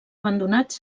abandonats